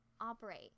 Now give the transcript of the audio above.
operate